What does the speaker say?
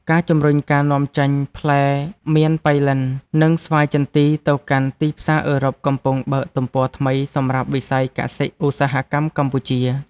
ការជំរុញការនាំចេញផ្លែមានប៉ៃលិន និងស្វាយចន្ទីទៅកាន់ទីផ្សារអឺរ៉ុបកំពុងបើកទំព័រថ្មីសម្រាប់វិស័យកសិឧស្សាហកម្មកម្ពុជា។